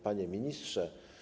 Panie Ministrze!